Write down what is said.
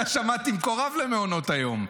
שמעתי שאתה מקורב למעונות היום.